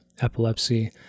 epilepsy